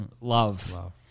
Love